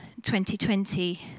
2020